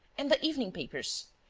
and the evening papers?